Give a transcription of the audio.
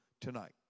tonight